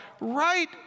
right